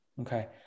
Okay